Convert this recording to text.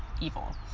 evil